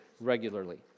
regularly